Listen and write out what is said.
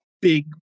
Big